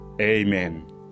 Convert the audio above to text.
Amen